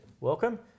Welcome